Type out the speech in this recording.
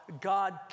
God